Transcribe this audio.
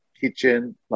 kitchen